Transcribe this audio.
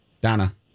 Donna